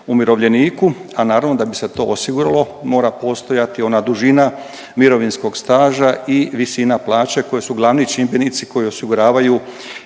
umirovljeniku, a naravno da bi se to osiguralo mora postojati ona dužina mirovinskog staža i visina plaće koji su glavni čimbenici koji osiguravaju